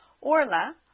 Orla